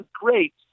great